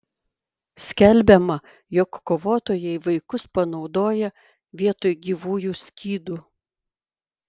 skelbiama jog kovotojai vaikus panaudoja vietoj gyvųjų skydų